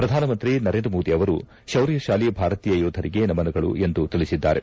ಪ್ರಧಾನಮಂತ್ರಿ ನರೇಂದ್ರ ಮೋದಿ ಅವರು ಶೌರ್ಯಶಾಲಿ ಭಾರತೀಯ ಯೋಧರಿಗೆ ನಮನಗಳು ಎಂದು ತಿಳಿಸಿದ್ದಾರೆ